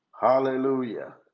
Hallelujah